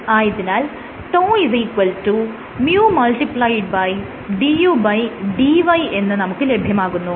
ആയതിനാൽ τ µdudy എന്ന് നമുക്ക് ലഭ്യമാകുന്നു